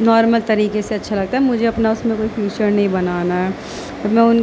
normal طریقے سے اچھا لگتا ہے مجھے اپنا اس میں کوئی فیوچر نہیں بنانا ہے میں ان